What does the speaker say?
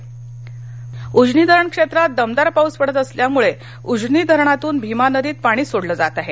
उजनी धरण सोलापर उजनी धरण क्षेत्रात दमदार पाऊस पडत असल्यामुळे उजनी धरणातुन भिमा नदीत पाणी सोडले जात आहे